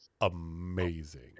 amazing